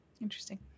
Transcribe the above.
Interesting